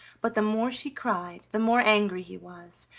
but the more she cried, the more angry he was,